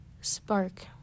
spark